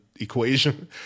equation